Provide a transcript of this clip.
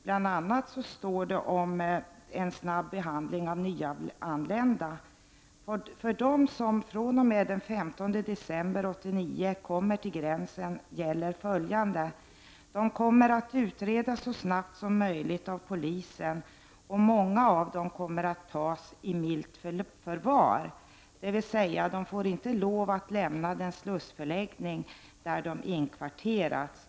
Bl.a. står det om en snabbehandling av nyanlända: För dem som fr.o.m. den 15 december 1989 kommer till gränsen gäller följande. De kommer att utredas så snabbt som möjligt av polisen, och många av dem kommer att tas i milt förvar, dvs. de får inte lov att lämna den slussförläggning där de inkvarterats.